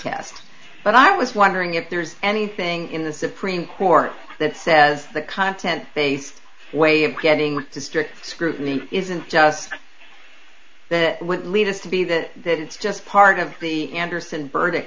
test but i was wondering if there's anything in the supreme court that says the content based way of getting to strict scrutiny isn't just that went leaders to be that that it's just part of the andersen burdic